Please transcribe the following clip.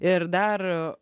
ir dar